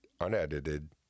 unedited